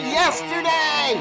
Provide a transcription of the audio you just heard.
yesterday